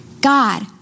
God